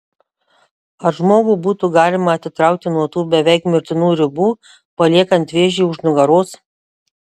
ar žmogų būtų galima atitraukti nuo tų beveik mirtinų ribų paliekant vėžį už nugaros